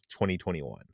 2021